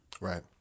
Right